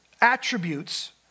attributes